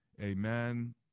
amen